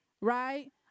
right